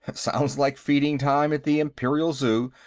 sounds like feeding time at the imperial zoo.